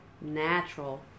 natural